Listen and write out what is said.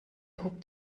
hob